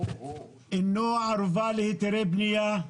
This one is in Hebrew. אינו ערובה להיתרי בניה.